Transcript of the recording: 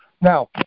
Now